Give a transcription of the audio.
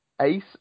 Ace